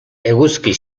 eguzki